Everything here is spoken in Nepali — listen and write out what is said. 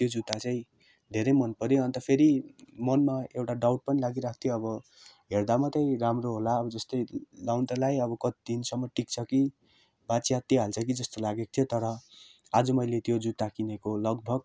त्यो जुत्ता चाहिँ धेरै मन पऱ्यो अन्त फेरि मनमा एउटा डाउट पनि लागिरहेको थियो अब हेर्दा मात्रै राम्रो होला जस्तै लगाउनु त लागाए अब कति दिनसम्म टिक्छ कि वा च्यातिहाल्छ कि जस्तो लागेको थियो तर आज मैले त्यो जुत्ता किनेको लगभग